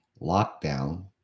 lockdown